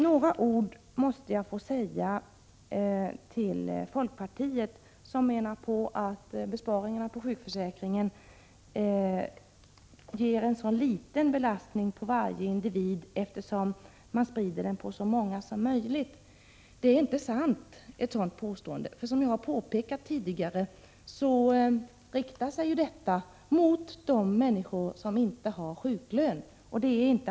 Jag måste få säga några ord till folkpartiet, som menar att besparingarna på sjukförsäkringen ger en så liten belastning på varje individ eftersom man sprider ut dem på så många som möjligt. Ett sådant påstående är inte sant. Som jag tidigare har påpekat riktar sig detta mot de människor som inte har sjuklön.